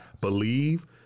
believe